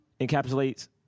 encapsulates